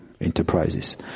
enterprises